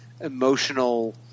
emotional